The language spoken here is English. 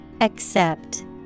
Accept